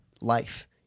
life